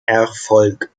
erfolg